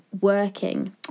working